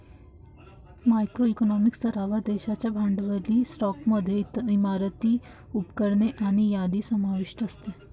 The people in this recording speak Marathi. मॅक्रो इकॉनॉमिक स्तरावर, देशाच्या भांडवली स्टॉकमध्ये इमारती, उपकरणे आणि यादी समाविष्ट असते